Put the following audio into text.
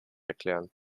erklären